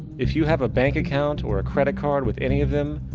if you have a bank account or credit card with any of them,